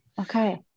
Okay